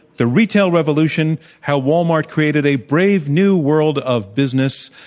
the retail revolution how walmart created a brave new world of business.